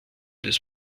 des